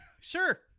Sure